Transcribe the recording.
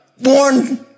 Born